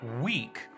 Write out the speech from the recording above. week